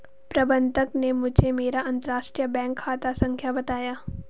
प्रबन्धक ने मुझें मेरा अंतरराष्ट्रीय बैंक खाता संख्या बताया